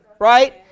Right